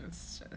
it's